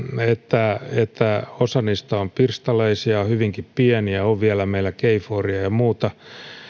että että osa niistä on pirstaleisia hyvinkin pieniä on vielä meillä kforia ja ja muuta